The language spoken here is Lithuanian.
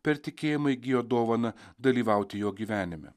per tikėjimą įgijo dovaną dalyvauti jo gyvenime